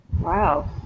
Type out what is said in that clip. Wow